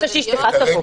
אני רוצה שאשתך תבוא.